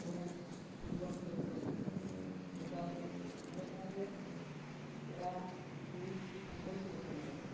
ᱡᱮᱢᱚᱱ ᱯᱷᱩᱴᱵᱚᱞ ᱠᱷᱮᱞᱳᱰ ᱠᱚ ᱱᱮᱛᱟᱨ ᱧᱮᱞᱚᱜ ᱠᱟᱱᱟ ᱡᱮ ᱠᱚᱲᱟ ᱠᱩᱲᱤ ᱯᱷᱩᱴᱵᱚᱞ ᱜᱮ ᱵᱟᱠᱚ ᱮᱱᱮᱡᱚᱜ ᱠᱟᱱᱟ